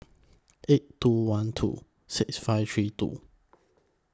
eight two one two six five three two